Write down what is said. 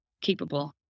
capable